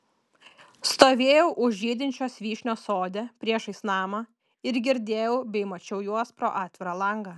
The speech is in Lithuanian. stovėjau už žydinčios vyšnios sode priešais namą ir girdėjau bei mačiau juos pro atvirą langą